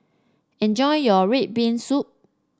enjoy your red bean soup